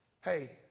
Hey